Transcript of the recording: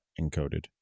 encoded